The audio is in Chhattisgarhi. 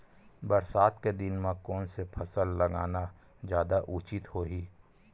बरसात के दिन म कोन से फसल लगाना जादा उचित होही?